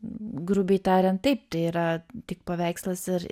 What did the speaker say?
grubiai tariant taip tai yra tik paveikslas ir